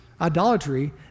idolatry